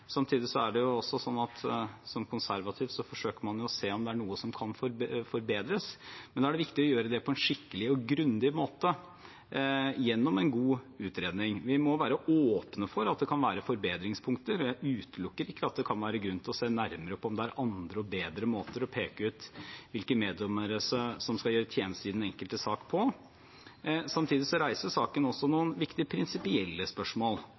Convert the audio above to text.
Samtidig er det sånn at som konservativ forsøker man å se om det er noe som kan forbedres, men da er det viktig å gjøre det på en skikkelig og grundig måte, gjennom en god utredning. Vi må være åpne for at det kan være forbedringspunkter, og jeg utelukker ikke at det kan være grunn til å se nærmere på om det er andre og bedre måter å peke ut hvilke meddommere som skal gjøre tjeneste i den enkelte sak, på. Samtidig reiser saken noen viktige prinsipielle spørsmål.